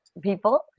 people